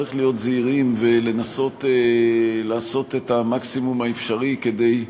צריך להיות זהירים ולנסות לעשות את המקסימום האפשרי כדי,